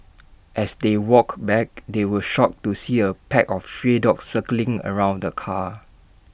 as they walked back they were shocked to see A pack of stray dogs circling around the car